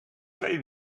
twee